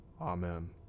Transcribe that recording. Amen